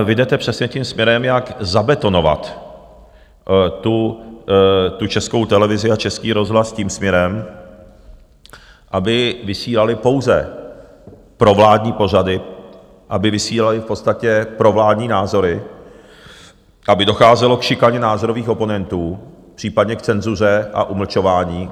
Vy jdete přesně tím směrem, jak zabetonovat Českou televizi a Český rozhlas tím směrem, aby vysílaly pouze provládní pořady, aby vysílaly v podstatě provládní názory, aby docházelo k šikaně názorových oponentů, případně k cenzuře a umlčování.